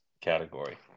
category